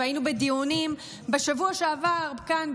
והיינו בדיונים בשבוע שעבר כאן,